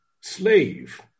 slave